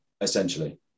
essentially